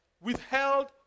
withheld